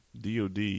DOD